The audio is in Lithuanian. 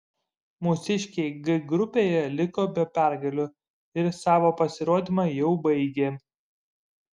mūsiškiai g grupėje liko be pergalių ir savo pasirodymą jau baigė